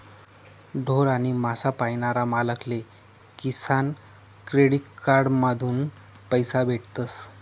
ढोर आणि मासा पायनारा मालक ले किसान क्रेडिट कार्ड माधून पैसा भेटतस